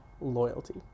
Loyalty